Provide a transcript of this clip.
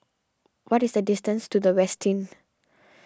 what is the distance to the Westin